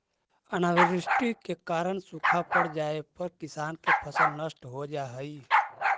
अनावृष्टि के कारण सूखा पड़ जाए पर किसान के फसल नष्ट हो जा हइ